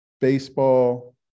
baseball